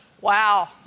Wow